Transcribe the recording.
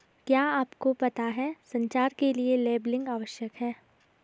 क्या आपको पता है संचार के लिए लेबलिंग आवश्यक है?